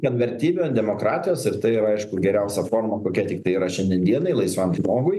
ant vertybių ant demokratijos ir tai yra aišku geriausia forma kokia tiktai yra šiandien dienai laisvam žmogui